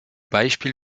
beispiel